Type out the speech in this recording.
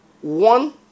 one